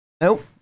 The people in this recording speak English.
nope